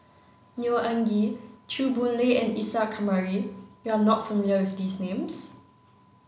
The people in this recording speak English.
Neo Anngee Chew Boon Lay and Isa Kamari you are not familiar with these names